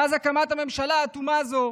מאז הקמת הממשלה האטומה הזאת,